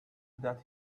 that